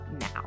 now